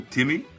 Timmy